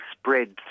spread